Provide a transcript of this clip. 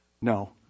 No